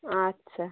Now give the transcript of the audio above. আচ্ছা